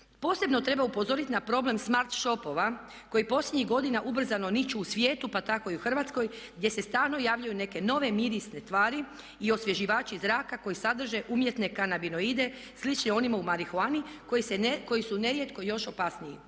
Posebno treba upozoriti na problem smart shopova koji posljednjih godina ubrzano niću u svijetu pa tako i u Hrvatskoj gdje se stalno javljaju neke nove mirisne tvari i osvježivači zraka koji sadrže umjetne kanabinoide sličnim onima u marihuani koji su nerijetko još opasniji.